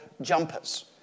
jumpers